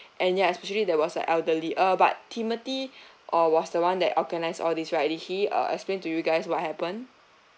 and ya especially there was a elderly uh but timothy uh was the one that organised all this right did he uh explained to you guys what happened